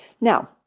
Now